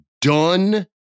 done